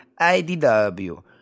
IDW